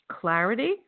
clarity